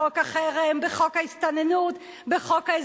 בחוק החרם,